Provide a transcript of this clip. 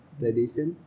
tradition